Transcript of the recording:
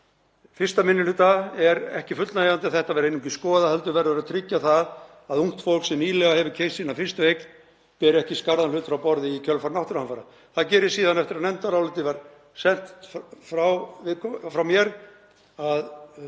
1. minni hluta er ekki fullnægjandi að þetta verði einungis skoðað heldur verður að tryggja það að ungt fólk sem nýlega hefur keypt sína fyrstu eign beri ekki skarðan hlut frá borði í kjölfar náttúruhamfaranna. Það gerist síðan eftir að nefndarálitið var sent frá mér að